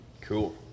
Cool